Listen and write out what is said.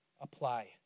apply